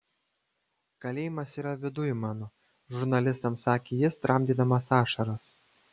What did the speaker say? kalėjimas yra viduj mano žurnalistams sakė jis tramdydamas ašaras